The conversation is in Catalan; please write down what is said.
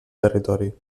territori